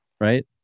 right